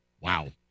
Wow